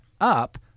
up